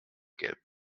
gelb